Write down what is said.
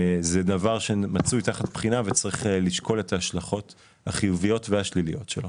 זה דבר שמצוי תחת בחינה וצריך לשקול את ההשלכות החיוביות והשליליות שלו.